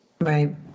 right